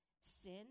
Sin